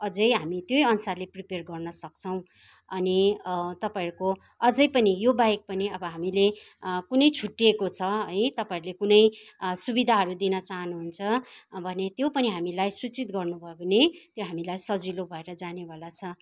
अझै हामी त्यही अनुसारले प्रिपेयर गर्न सक्छौँ अनि तपाईँहरूको अझै पनि यो बाहेक पनि अब हामीले कुनै छुट्टिएको छ है तपाईँहरूले कुनै सुविधाहरू दिन चाहनुहुन्छ भने त्यो पनि हामीलाई सूचित गर्नु भयो भने त्यो हामीलाई सजिलो भएर जानेवाला छ